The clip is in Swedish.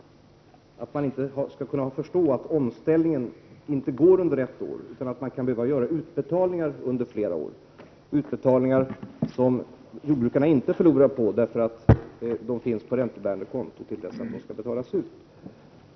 Han insisterade på att det är fel att inte hysa förståelse för att omställningen kanske inte hinns med under ett år, utan man kan behöva göra utbetalningar under flera år — utbetalningar som jordbrukarna inte förlorar på, därför att pengarna finns innestående på ett räntebärande konto till dess de skall betalas ut.